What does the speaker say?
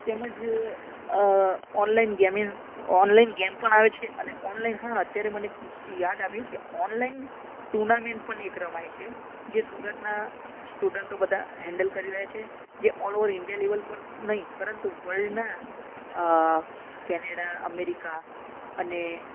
તેમજ online gaming online game પણ આવે છે અને ઓનલાઇન હા અત્યારે મને યાદ આવ્યું કે ઓનલાઇન ટુર્નામેન્ટ પણ એક રમાય છે જે સુરતના સ્ટુડન્ટો બધા હેન્ડલ કરી રહ્યા છે જે ઓલ ઓવર ઇન્ડિયા લેવલ પર નહીં પરંતુ વર્લ્ડના કેનેડા અમેરિકા અને